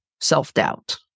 self-doubt